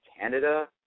Canada